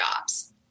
jobs